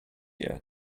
year